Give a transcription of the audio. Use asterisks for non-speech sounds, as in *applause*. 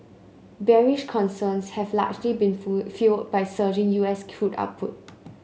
bearish concerns have largely been *unintelligible* fuelled by surging U S crude output